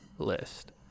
list